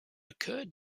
occurred